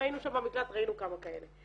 היינו במקלט וראינו כמה כאלה.